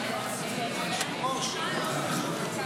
כפי שעשינו גם בשבוע